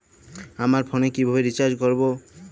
আমার ফোনে কিভাবে রিচার্জ করবো?